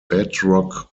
bedrock